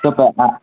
sir இப்போ ஆ